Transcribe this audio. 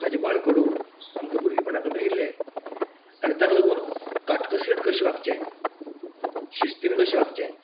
हाचे बाळ कोडू आमचे भुरगेंपणांत मेळिल्लें आनी ताका लागून काटकसीड कशें वागचे शिस्तीन कशें वागचे